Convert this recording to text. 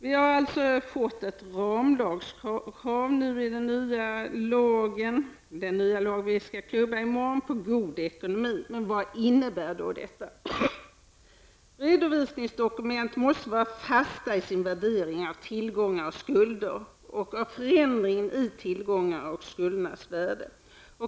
I den nya lagen, som riksdagen skall klubba igenom i morgon, har vi fått ett ramlagskrav på god ekonomi. Vad innebär då detta? Redovisningsdokument måste vara fasta i sin värdering av tillgångar och skulder samt av förändringar i tillgångarnas och skuldernas värden.